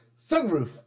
Sunroof